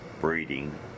breeding